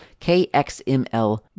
KXML